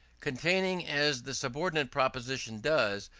containing, as the subordinate proposition does,